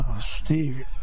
Steve